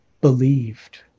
believed